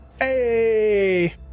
hey